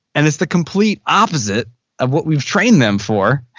and it's the complete opposite of what we trained them for.